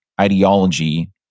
ideology